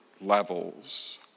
levels